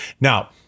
Now